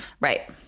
Right